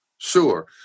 Sure